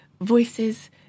voices